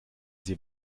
sie